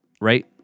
right